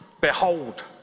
Behold